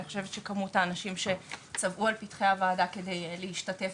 אני חושבת שכמות האנשים שצבאו על פתחי הוועדה כדי להשתתף